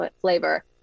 flavor